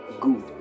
good